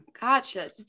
Gotcha